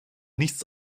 nichts